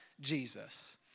Jesus